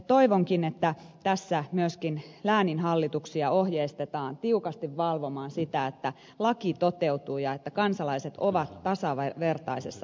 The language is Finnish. toivonkin että tässä myöskin lääninhallituksia ohjeistetaan tiukasti valvomaan sitä että laki toteutuu ja että kansalaiset ovat tasavertaisessa asemassa